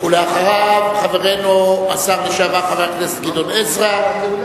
אחריו, השר לשעבר חבר הכנסת גדעון עזרא.